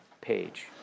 page